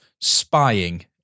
spying